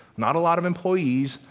not a lot of employees,